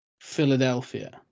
Philadelphia